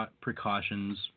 precautions